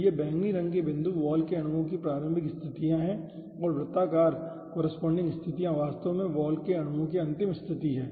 तो यह बैंगनी रंग के बिंदु वॉल के अणुओं की प्रारंभिक स्थितियाँ हैं और वृत्ताकार कॉरेस्पोंडिंग स्थितियाँ वास्तव में वॉल के अणुओं की अंतिम स्थिति हैं